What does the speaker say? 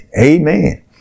Amen